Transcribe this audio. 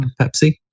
Pepsi